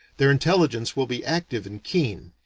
their intelligence will be active and keen.